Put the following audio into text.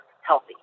healthy